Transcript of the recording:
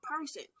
person